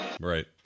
Right